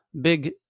big